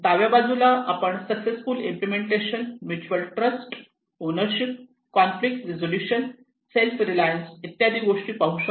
डाव्या बाजूला आपण successful implementation mutual trust ownership conflict resolution self reliance इत्यादी गोष्टी पाहू शकतो